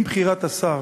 עם בחירת השר